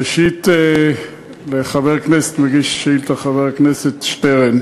ראשית, למגיש השאילתה חבר הכנסת שטרן.